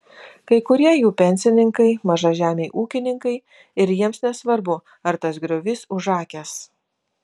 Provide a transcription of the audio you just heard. kai kurie jų pensininkai mažažemiai ūkininkai ir jiems nesvarbu ar tas griovys užakęs